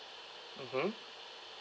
mmhmm